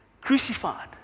crucified